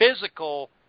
physical